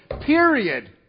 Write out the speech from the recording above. Period